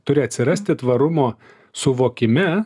turi atsirasti tvarumo suvokime